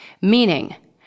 Meaning